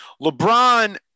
LeBron